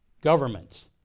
governments